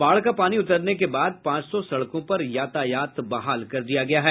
बाढ़ का पानी उतरने के बाद पांच सौ सड़कों पर यातायात बहाल कर दिया गया है